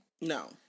No